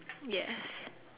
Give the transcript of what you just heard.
yes